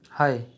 Hi